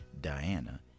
Diana